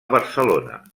barcelona